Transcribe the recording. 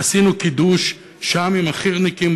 עשינו קידוש שם עם החי"רניקים,